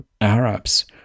arabs